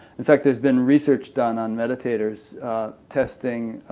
in fact, there's been research done on meditators testing